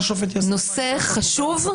בנושא חשוב,